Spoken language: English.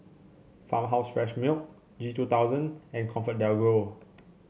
Farmhouse Fresh Milk G two Thousand and Comfort DelGro